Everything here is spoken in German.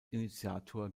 initiator